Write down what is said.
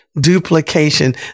duplication